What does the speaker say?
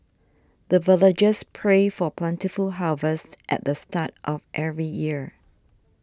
the villagers pray for plentiful harvest at the start of every year